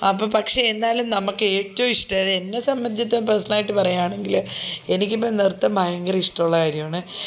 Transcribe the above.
അപ്പം പക്ഷെ എന്തായാലും നമുക്ക് ഏറ്റവും ഇഷ്ട്ട എന്നെ സംബന്ധിച്ചു പേഴ്സണലായിട്ട് പറയുവാണെങ്കില് എനിക്കിപ്പോൾ നൃത്തം ഭയങ്കര ഇഷ്ടമുള്ള കാര്യമാണ്